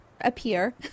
appear